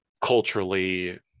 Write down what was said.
culturally